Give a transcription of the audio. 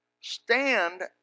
Stand